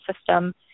system